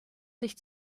sich